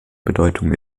bedeutung